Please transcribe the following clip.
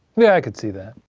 yeah, i could see that.